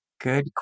Good